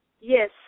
Yes